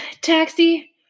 taxi